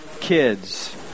kids